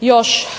još